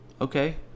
Okay